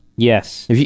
Yes